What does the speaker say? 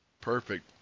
Perfect